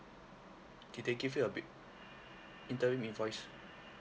did they give you a big interim invoice